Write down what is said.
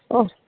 ओ